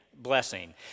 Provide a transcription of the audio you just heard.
blessing